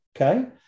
okay